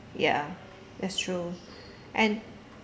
ya that's true and